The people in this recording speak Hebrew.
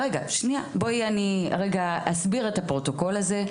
אני רגע אסביר את הפרוטוקול הזה,